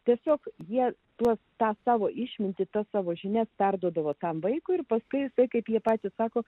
tiesiog jie tuoj tą savo išmintį tą savo žinią perduodavo tam vaikui ir pasitaisė kaip jie patys sako